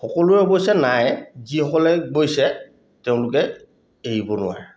সকলোৰে অৱশ্যে নাই যিসকলে গৈছে তেওঁলোকে এৰিব নোৱাৰে